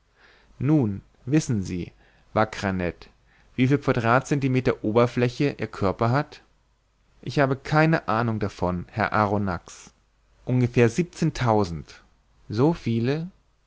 nun wissen sie wackerer ned wieviel quadratcentimeter oberfläche ihr körper hat ich habe keine ahnung davon herr arronax ungefähr siebenzehntausend so viele